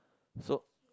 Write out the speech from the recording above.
so